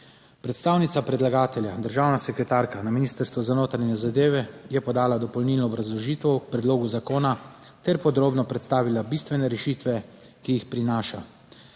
Predstavnica predlagatelja, državna sekretarka na Ministrstvu za notranje zadeve, je podala dopolnilno obrazložitev k predlogu zakona ter podrobno predstavila bistvene rešitve, ki jih prinaša.